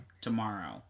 Tomorrow